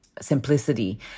simplicity